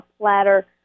platter